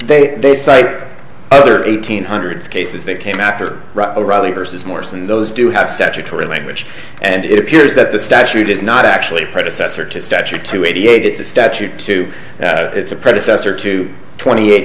they they cite other eighteen hundred cases that came after a rally versus morse and those do have statutory language and it appears that the statute is not actually predecessor to statute to eighty eight it's a statute to it's a predecessor to twenty eight